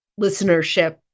listenership